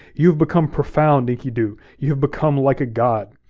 you've become profound, enkidu. you have become like a god.